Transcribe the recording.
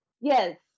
Yes